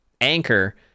Anchor